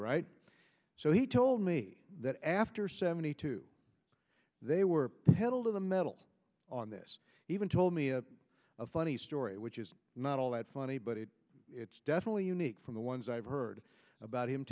right so he told me that after seventy two they were the metal on this even told me a funny story which is not all that funny but it's definitely unique from the ones i've heard about him